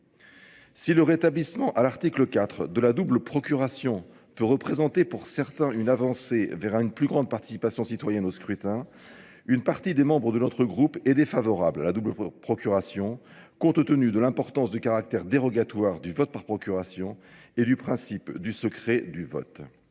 Si le rétablissement à l'article 4 de la double procuration peut représenter pour certains une avancée vers une plus grande participation citoyenne au scrutin, une partie des membres de notre groupe est défavorable à la double procuration compte tenu de l'importance du caractère dérogatoire du vote par procuration et du principe du secret du vote.